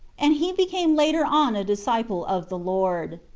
and he became later on a disciple of the lord.